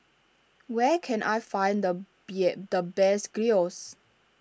where can I find the bet the best Gyros